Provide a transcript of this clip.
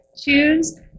choose